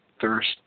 thirst